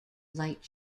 light